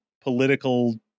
political